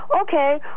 Okay